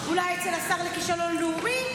אולי אצל השר לכישלון לאומי,